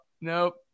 Nope